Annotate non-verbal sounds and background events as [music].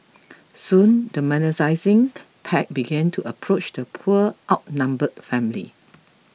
soon the [unintelligible] pack began to approach the poor outnumbered family